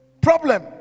Problem